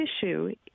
tissue